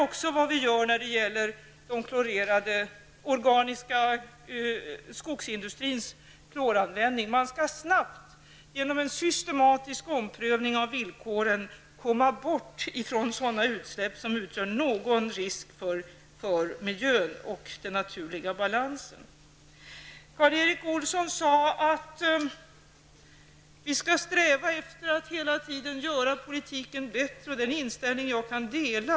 Detsamma gör vi beträffande skogsindustrins kloranvändning. Det gäller att snabbt genom en systematisk omprövning av villkoren få bort sådana utsläpp som utgör en risk för miljön och den naturliga balansen. Karl Erik Olsson sade att vi hela tiden skall sträva mot att göra politiken bättre. Det är en inställning som jag kan dela.